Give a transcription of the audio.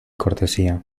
cortesía